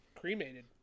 cremated